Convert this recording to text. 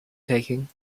taking